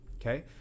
Okay